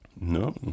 No